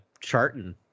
charting